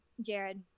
Jared